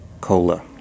cola